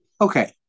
Okay